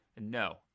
No